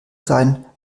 sein